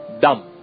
dump